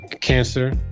cancer